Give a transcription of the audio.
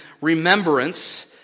remembrance